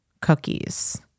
cookies